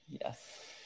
Yes